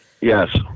Yes